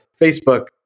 Facebook